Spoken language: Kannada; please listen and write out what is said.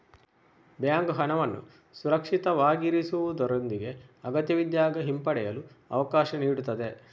ಬ್ಯಾಂಕ್ ಹಣವನ್ನು ಸುರಕ್ಷಿತವಾಗಿರಿಸುವುದರೊಂದಿಗೆ ಅಗತ್ಯವಿದ್ದಾಗ ಹಿಂಪಡೆಯಲು ಅವಕಾಶ ನೀಡುತ್ತದೆ